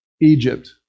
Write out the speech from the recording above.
Egypt